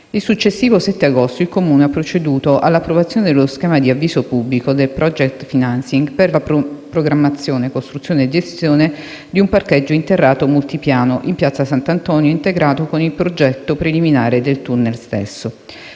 Il successivo 7 agosto, il Comune ha proceduto all'approvazione dello schema di avviso pubblico di *project financing* per la progettazione, costruzione e gestione di un parcheggio interrato multipiano in Piazza Sant'Antonio, integrato con il progetto preliminare del tunnel stesso.